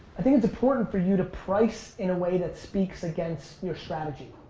i think it's important for you to price in a way that speaks against your strategy.